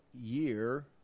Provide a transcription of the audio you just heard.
year